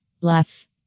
laugh